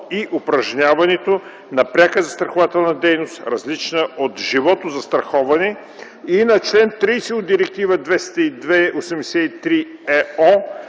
и упражняването на пряка застрахователна дейност, различна от животозастраховане, и на чл. 30 от Директива 2002/83/ЕО